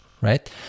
right